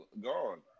gone